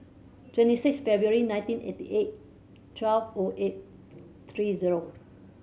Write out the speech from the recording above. twenty six February nineteen eighty eight twelve O eight three zero